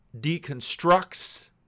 deconstructs